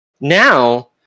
now